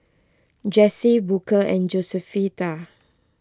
Jessie Booker and Josefita